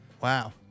wow